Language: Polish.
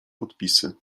podpisy